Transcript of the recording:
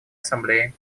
ассамблеи